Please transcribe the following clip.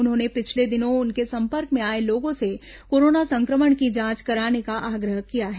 उन्होंने पिछले दिनों उनके संपर्क में आए लोगों से कोरोना संक्रमण की जांच कराने का आग्रह किया है